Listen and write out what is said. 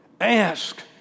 Ask